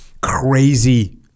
crazy